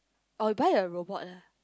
oh you buy a robot lah